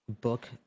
book